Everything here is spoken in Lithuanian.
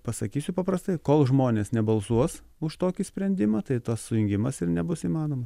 pasakysiu paprastai kol žmonės nebalsuos už tokį sprendimą tai tas sujungimas ir nebus įmanoma